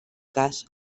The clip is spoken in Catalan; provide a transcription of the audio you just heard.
cas